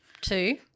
Two